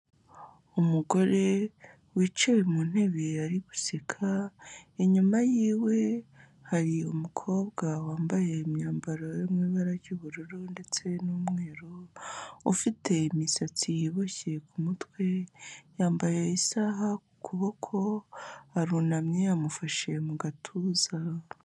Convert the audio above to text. Umugore wicaye mu ntebe ari guseka, inyuma yiwe hari umukobwa wambaye imyambaro yo mu ibara ry'ubururu ndetse n'umweru, ufite imisatsi iboshye ku mutwe, yambaye isaha ku kuboko, arunamye amufashe mu gatuza.